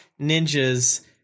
ninjas